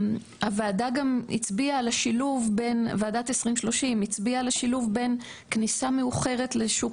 ועדת 2030 גם הצביעה על השילוב בין כניסה מאוחרת לשוק